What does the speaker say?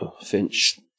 Finch